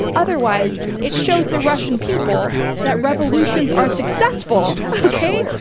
otherwise, it shows the russian people that revolutions are successful! okay?